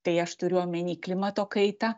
tai aš turiu omeny klimato kaitą